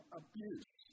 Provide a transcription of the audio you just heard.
abuse